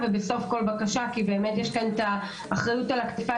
מי שמבקש לנמק את הרוויזיה הוא חבר הכנסת משה